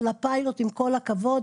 אבל עם כל הכבוד,